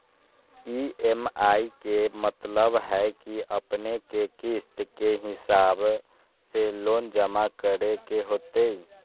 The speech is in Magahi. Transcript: ई.एम.आई के मतलब है कि अपने के किस्त के हिसाब से लोन जमा करे के होतेई?